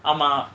ஆமா:aama